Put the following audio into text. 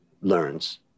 learns